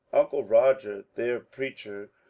uncle roger, their preacher,